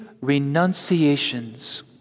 renunciations